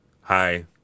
hi